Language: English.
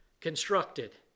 Constructed